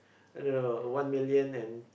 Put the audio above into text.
I don't know one million and